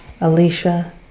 Alicia